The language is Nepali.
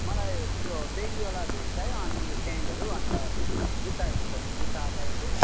मलाई उयो बेगीवाला भेस्ट चाहियो अनि प्यान्टहरू अन्त जुत्ताहरू छ भने जुत्ता चाहिएको थियो